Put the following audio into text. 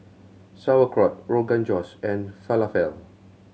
Sauerkraut Rogan Josh and Falafel